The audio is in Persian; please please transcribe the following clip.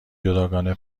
جداگانه